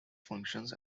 functions